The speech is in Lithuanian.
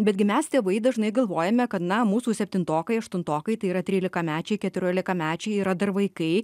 betgi mes tėvai dažnai galvojame kad na mūsų septintokai aštuntokai tai yra trylikamečiai keturiolikamečiai yra dar vaikai